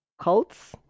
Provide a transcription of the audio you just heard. cults